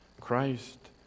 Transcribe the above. Christ